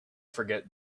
forget